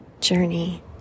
journey